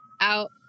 out